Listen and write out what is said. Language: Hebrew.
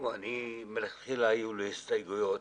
אני מלכתחילה היו לי הסתייגויות